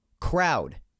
crowd